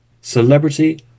Celebrity